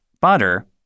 butter